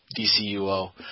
DCUO